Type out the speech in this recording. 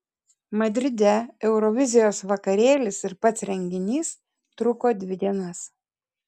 madride eurovizijos vakarėlis ir pats renginys truko dvi dienas